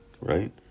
right